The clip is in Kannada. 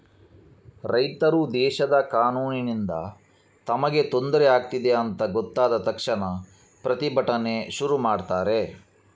ರೈತರು ದೇಶದ ಕಾನೂನಿನಿಂದ ತಮಗೆ ತೊಂದ್ರೆ ಆಗ್ತಿದೆ ಅಂತ ಗೊತ್ತಾದ ತಕ್ಷಣ ಪ್ರತಿಭಟನೆ ಶುರು ಮಾಡ್ತಾರೆ